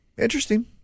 interesting